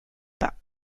pas